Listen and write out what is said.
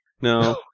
No